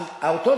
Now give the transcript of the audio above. אררו.